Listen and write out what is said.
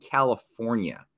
California